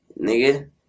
nigga